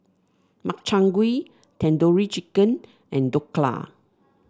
Makchang Gui Tandoori Chicken and Dhokla